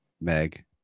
Meg